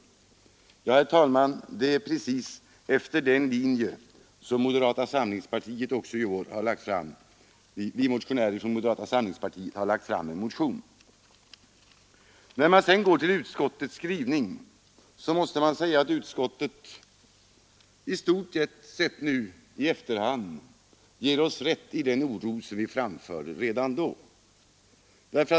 Det är precis efter den linjen som vi motionärer från moderata samlingspartiet också i år har lagt fram vår motion. När man sedan går till utskottets skrivning, finner man att utskottet i stort sett nu i efterhand ger oss rätt i den oro som vi framförde.